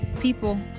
people